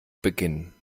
beginnen